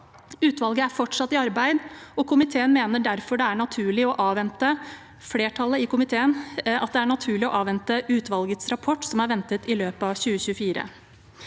Utvalget er fortsatt i arbeid, og flertallet i komiteen mener derfor det er naturlig å avvente utvalgets rapport, som er ventet i løpet av 2024.